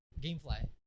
GameFly